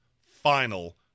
final